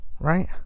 right